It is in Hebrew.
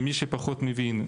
ומי שפחות מבין,